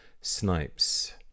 snipes